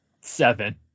Seven